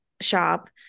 shop